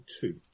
two